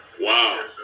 Wow